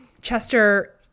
Chester